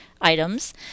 items